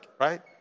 right